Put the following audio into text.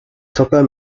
soccer